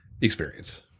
experience